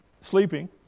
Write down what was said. sleeping